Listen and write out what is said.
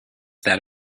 that